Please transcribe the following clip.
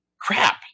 Crap